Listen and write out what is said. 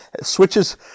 switches